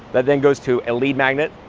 that then goes to a lead magnet,